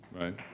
right